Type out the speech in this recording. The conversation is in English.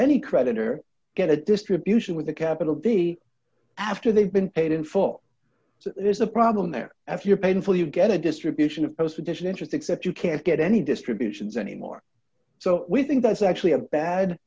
any creditor get a distribution with a capital d after they've been paid in four so there's a problem there if you're painful you get a distribution of post addition interest except you can't get any distributions anymore so we think that's actually a bad